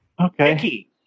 Okay